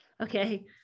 Okay